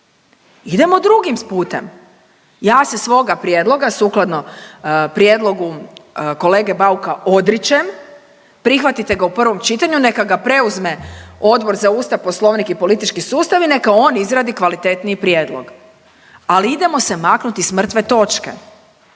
idemo drugim putem. Ja se svoga prijedloga, sukladno prijedlogu kolege Bauka odričem, prihvatite ga u prvom čitanju, neka ga preuzme Odbor za Ustav, Poslovnik i politički sustav i neka on izradi kvalitetniji prijedlog, ali idemo se maknuti s mrtve točke.